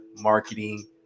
Marketing